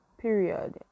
period